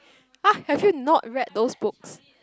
!huh! have you not read those books